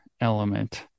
element